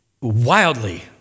wildly